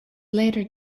later